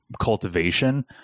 cultivation